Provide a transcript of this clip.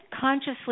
consciously